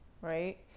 right